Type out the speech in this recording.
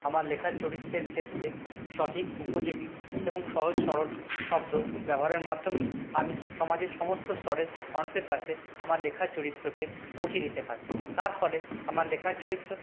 আমার লেখা চরিত্রের ক্ষেত্রে সঠিক উপযোগী এবং সহজ সরল শব্দ ব্যবহারের মাধ্যমেই আমি সমাজের সমস্ত স্তরের মানুষের কাছে আমার লেখার চরিত্রকে পৌঁছে দিতে পারি তার ফলে আমার লেখার চরিত্র